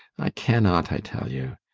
i cannot, i tell you.